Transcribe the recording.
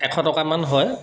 এশ টকামান হয়